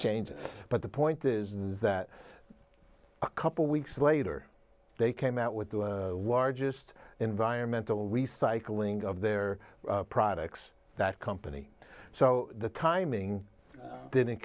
change but the point is that a couple weeks later they came out with the largest environmental recycling of their products that company so the timing didn't